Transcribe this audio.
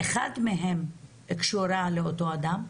אחת מהן קשורה לאותו אדם?